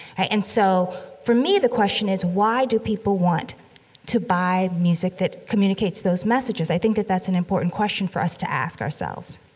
and so, for me, the question is, why do people want to buy music that communicates those messages? i think that that's an important question for us to ask ourselves